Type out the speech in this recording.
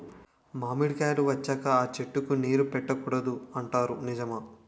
మామిడికాయలు వచ్చాక అ చెట్టుకి నీరు పెట్టకూడదు అంటారు నిజమేనా?